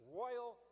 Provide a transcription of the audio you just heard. royal